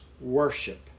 worship